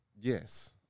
yes